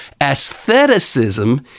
aestheticism